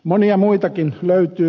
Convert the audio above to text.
monia muitakin löytyy